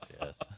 yes